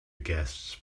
guests